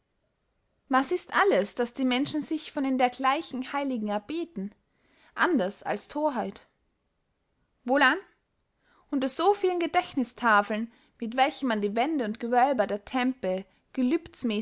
was ist alles das die menschen sich von dergleichen heiligen erbeten anders als thorheit wohlan unter so vielen gedächtnißtafeln mit welchen man die wände und gewölber der tempel